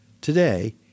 Today